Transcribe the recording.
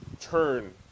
turn